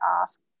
ask